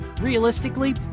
realistically